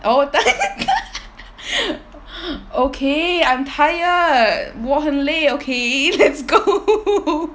oh okay I'm tired 我很累 okay let's go